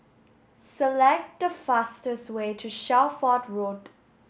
select the fastest way to Shelford Road